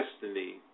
destiny